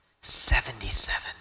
seventy-seven